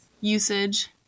usage